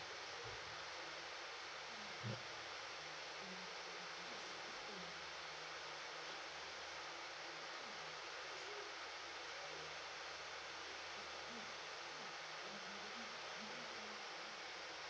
yup